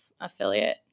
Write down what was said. affiliate